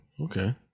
okay